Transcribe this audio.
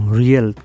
real